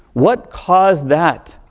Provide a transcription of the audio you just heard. what caused that?